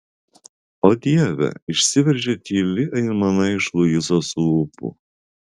o dieve išsiveržė tyli aimana iš luizos lūpų